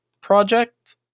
project